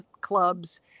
Clubs